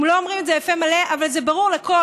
הם לא אומרים את זה בפה מלא, אבל זה ברור לכול.